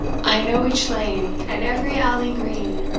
i know each lane, and every alley green,